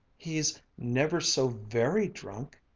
he's never so very drunk!